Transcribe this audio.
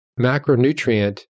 macronutrient